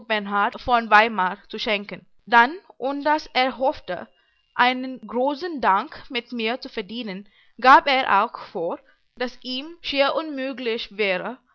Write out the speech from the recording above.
von weimar zu schenken dann ohn daß er hoffte einen großen dank mit mir zu verdienen gab er auch vor daß ihm schier unmüglich wäre